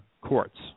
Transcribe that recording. courts